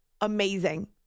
amazing